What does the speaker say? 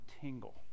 tingle